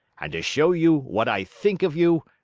and to show you what i think of you,